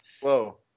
Whoa